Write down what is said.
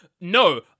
no